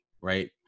right